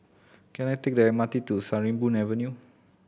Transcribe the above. can I take the M R T to Sarimbun Avenue